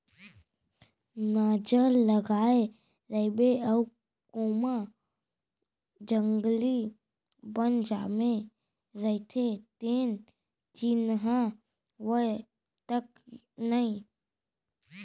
गाजर लगाए रइबे अउ ओमा जंगली बन जामे रइथे तेन चिन्हावय तक नई